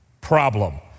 problem